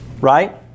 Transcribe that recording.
right